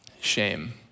shame